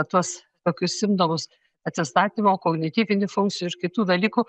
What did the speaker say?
tuos tokius simptomus atsistatymo kognityvinių funkcijų ir kitų dalykų